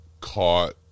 caught